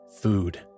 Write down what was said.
Food